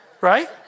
Right